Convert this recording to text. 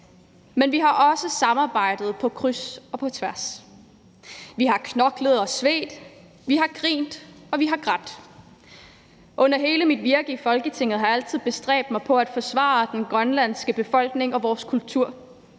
men vi har også samarbejdet på kryds og på tværs. Vi har knoklet og svedt, vi har grint, og vi har grædt. Under hele mit virke i Folketinget har jeg altid bestræbt mig på at forsvare vores grønlandske befolkning og kultur,